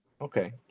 Okay